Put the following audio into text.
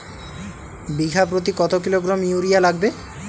বিঘাপ্রতি কত kilogram urea লাগবে?